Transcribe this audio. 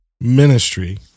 ministry